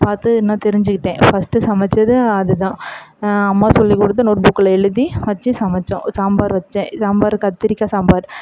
பார்த்து இன்னும் தெரிஞ்சுகிட்டேன் ஃபர்ஸ்டு சமைச்சது அது தான் அம்மா சொல்லிக்கொடுத்து நோட் புக்கில் எழுதி வெச்சு சமைத்தோம் சாம்பார் வைச்சேன் சாம்பார் கத்திரிக்காய் சாம்பார்